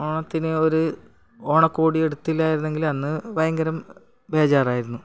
ഓണത്തിന് ഒരു ഓണക്കോടിയെടുത്തില്ലായിരുന്നെങ്കിൽ അന്ന് ഭയങ്കരം ബേജാറായിരുന്നു